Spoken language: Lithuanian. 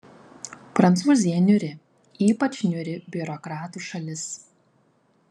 prancūzija niūri ypač niūri biurokratų šalis